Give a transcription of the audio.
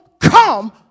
come